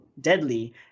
deadly